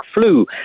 flu